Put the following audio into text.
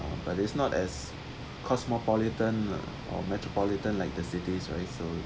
but it's not as cosmopolitan or metropolitan like the cities right so